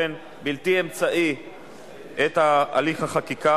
חשוב לציין בהקשר זה,